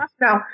No